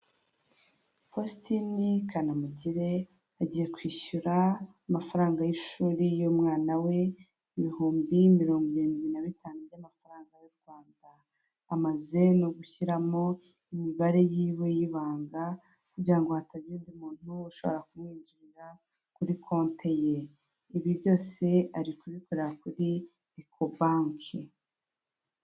Fositini Kanamugire agiye kwishyura amafaranga y'ishuri y'umwana we, ibihumbi mirongo irindwi na bitanu by'amafaranga y'u Rwanda. Amaze no gushyiramo imibare y'iwe y'ibanga, kugira ngo hatagira undi muntu ushobora kumwinjirira kuri konte ye. Ibi byose ari kubikorera kuri eko banke.